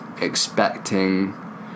expecting